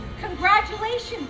Congratulations